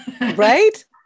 Right